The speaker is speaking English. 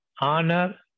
honor